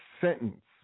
sentence